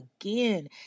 again